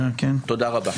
תודה רבה.